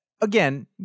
Again